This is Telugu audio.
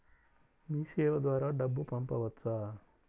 మీసేవ ద్వారా డబ్బు పంపవచ్చా?